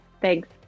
Thanks